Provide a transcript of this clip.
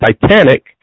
Titanic